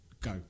Go